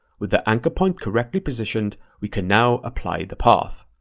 with the anchor point correctly positioned, we can now apply the path.